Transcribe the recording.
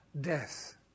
death